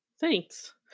Thanks